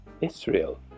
Israel